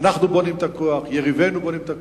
אנו בונים את הכוח, יריבינו בונים את הכוח,